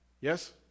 yes